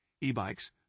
E-bikes